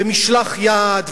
ומשלח-יד,